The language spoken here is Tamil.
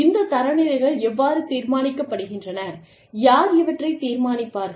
இந்த தரநிலைகள் எவ்வாறு தீர்மானிக்கப்படுகின்றன யார் இவற்றைத் தீர்மானிப்பார்கள்